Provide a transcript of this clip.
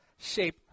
shape